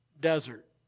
Desert